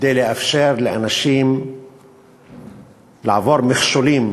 כדי לאפשר לאנשים לעבור מכשולים,